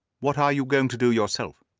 what are you going to do yourself?